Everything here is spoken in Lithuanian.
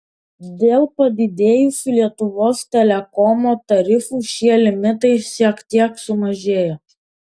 dėl padidėjusių lietuvos telekomo tarifų šie limitai šiek tiek sumažėjo